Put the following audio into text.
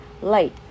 light